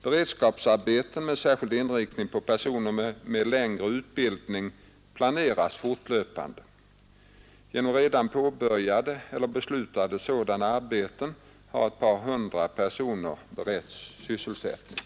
Beredskapsarbeten med särskild inriktning på personer med längre utbildning planeras fortlöpande. Genom redan påbörjade eller beslutade sådana arbeten kan ett par hundra personer beredas sysselsättning.